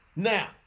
Now